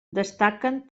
destaquen